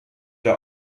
der